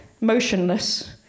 motionless